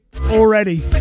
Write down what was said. already